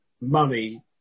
money